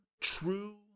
true